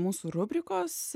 mūsų rubrikos